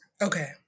Okay